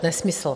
Nesmysl.